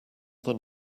than